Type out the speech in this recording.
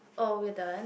oh we're done